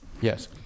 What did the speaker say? Yes